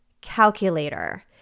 calculator